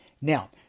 Now